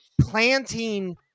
planting